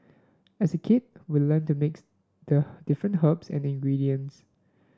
as a kid we learnt to mix the different herbs and ingredients